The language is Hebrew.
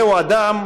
זהו אדם